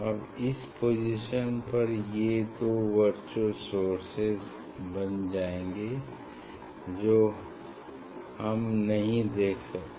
अब इस पोजीशन पर ये दो वर्चुअल सोर्सेज बन जाएंगे जो हम नहीं देख सकते